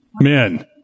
Men